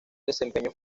desempeño